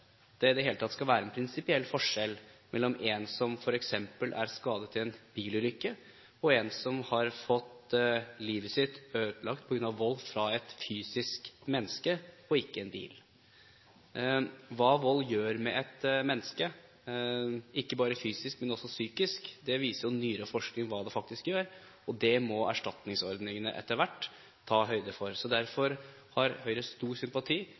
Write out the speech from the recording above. det i det hele tatt skal være en prinsipiell forskjell mellom en som f.eks. er skadet i en bilulykke, og en som har fått livet sitt ødelagt på grunn av vold fra et fysisk menneske og ikke en bil. Hva vold faktisk gjør med et menneske, ikke bare fysisk men også psykisk, viser nyere forskning. Det må erstatningsordningene etter hvert ta høyde for. Derfor har Høyre stor sympati